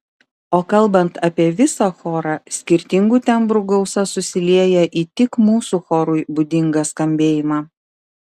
o kalbant apie visą chorą skirtingų tembrų gausa susilieja į tik mūsų chorui būdingą skambėjimą